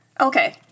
Okay